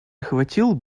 охватил